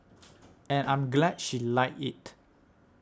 and I'm glad she liked it